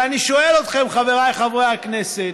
ואני שואל אתכם, חבריי חברי הכנסת,